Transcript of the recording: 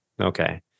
okay